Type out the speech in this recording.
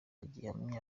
gihamya